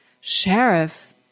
Sheriff